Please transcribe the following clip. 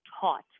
taught